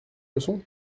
leçon